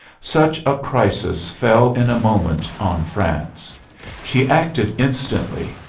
such a crisis fell in a moment on france she acted instantly,